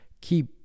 keep